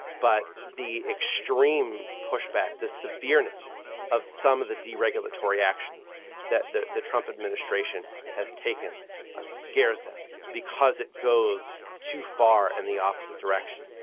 but the extreme pushback the severe onus of some of the deregulatory actions that the the trump administration has taken scares them because it goes too far in and the opposite direction.